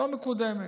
ולא מקודמת.